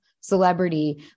celebrity